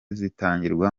zitangirwa